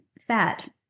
fat